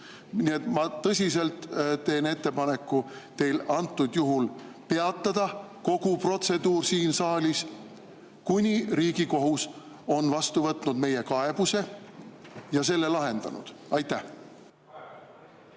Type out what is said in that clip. ma tõsiselt teen teile ettepaneku antud juhul peatada kogu protseduur siin saalis, kuni Riigikohus on vastu võtnud meie kaebuse ja selle lahendanud. Aitäh,